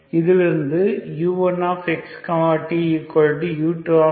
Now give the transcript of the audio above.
இதிலிருந்து u1x t u2x t